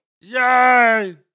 Yay